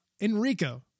Enrico